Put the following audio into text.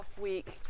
week